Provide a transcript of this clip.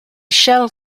shell